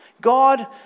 God